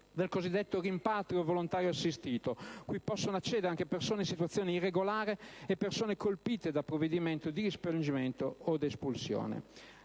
del cosiddetto rimpatrio volontario assistito, cui possono accedere anche persone e situazioni irregolari e persone colpite da provvedimento di respingimento o di espulsione.